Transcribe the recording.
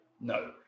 No